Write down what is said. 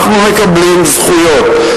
אנחנו מקבלים זכויות,